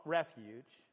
refuge